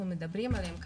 שאנחנו בעצם מדברים עליהם,